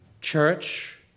church